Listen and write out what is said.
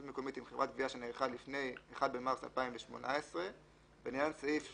מקומית עם חברת גבייה שנערכה לפני 1 במרס 2018. לעניין סעיף 330יח,